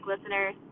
listeners